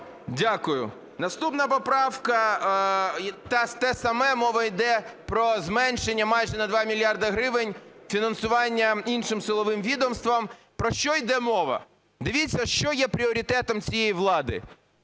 Дякую. Наступна поправка – те саме, мова йде про зменшення майже на 2 мільярди гривень фінансування іншим силовим відомствам. Про що йде мова? Дивіться, що є пріоритетом цієї влади?